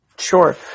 Sure